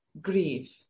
grief